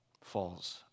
falls